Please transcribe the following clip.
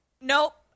Nope